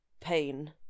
pain